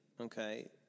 okay